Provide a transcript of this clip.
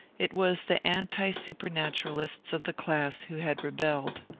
it was the anti-super naturalists of the class who had rebelled.